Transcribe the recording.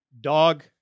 dog